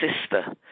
sister